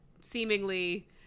seemingly